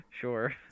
Sure